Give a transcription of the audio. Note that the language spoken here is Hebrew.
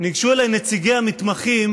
ניגשו אליי נציגי המתמחים,